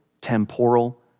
temporal